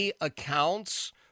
accounts